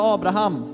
Abraham